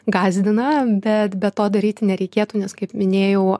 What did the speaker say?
gąsdina bet be to daryti nereikėtų nes kaip minėjau